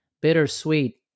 Bittersweet